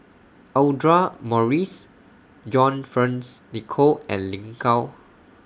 Audra Morrice John Fearns Nicoll and Lin Gao